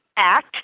act